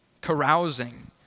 carousing